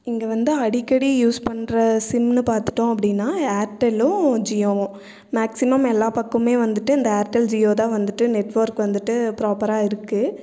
இங்கே வந்து அடிக்கடி யூஸ் பண்ணுற சிம்னு பார்த்துட்டோம் அப்படீன்னா ஏர்டெல்லும் ஜியோவும் மேக்ஸிமம் எல்லா பக்கமே வந்துட்டு இந்த ஏர்டெல் ஜியோ தான் வந்துட்டு நெட்ஒர்க் வந்துட்டு ப்ராப்பரா இருக்குது